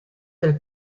del